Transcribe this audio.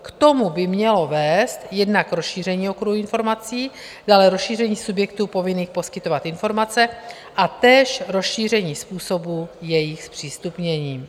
K tomu by mělo vést jednak rozšíření okruhu informací, dále rozšíření subjektů povinných poskytovat informace a též rozšíření způsobu jejich zpřístupnění.